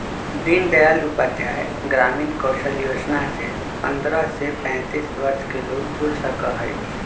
दीन दयाल उपाध्याय ग्रामीण कौशल योजना से पंद्रह से पैतींस वर्ष के लोग जुड़ सका हई